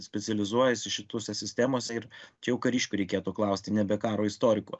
specializuojasi šituse sistemose ir čia jau kariškių reikėtų klausti nebe karo istoriko